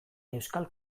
euskal